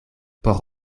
por